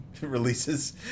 releases